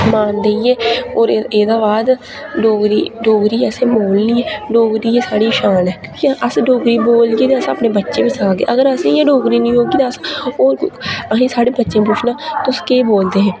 और एह्दे बाद डोगरी बी असें बोलनी डोगरी गै साढ़ी शान ऐ अस डोगरी बोलगे ते अस अपने बच्चे ई सखागे अगर असें ई गै डोगरी निं औगी ते असें असें ई साढ़े बच्चे पुच्छना तुस केह् बोलदे हे